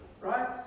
Right